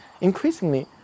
increasingly